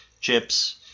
chips